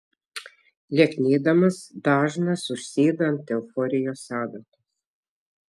lieknėdamas dažnas užsėda ant euforijos adatos